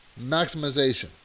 maximization